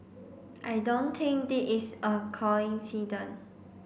I don't think this a coincident